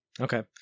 Okay